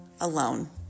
alone